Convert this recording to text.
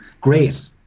great